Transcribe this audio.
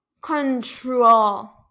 control